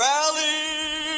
Rally